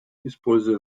используя